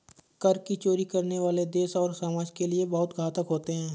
कर की चोरी करने वाले देश और समाज के लिए बहुत घातक होते हैं